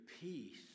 peace